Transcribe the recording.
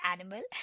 Animal